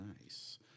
Nice